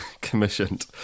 commissioned